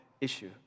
issue